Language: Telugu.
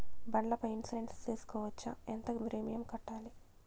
బండ్ల పై ఇన్సూరెన్సు సేసుకోవచ్చా? ఎంత ప్రీమియం కట్టాలి?